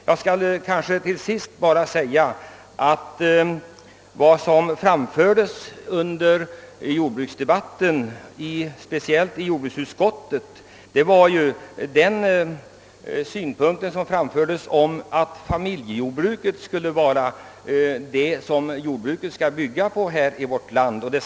Jag skall till sist erinra om, att under jordbruksdebatten framfördes, speciellt i jordbruksutskottet, den synpunkten att jordbruket i vårt land skall bygga på familjejordbruket.